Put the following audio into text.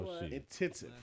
intensive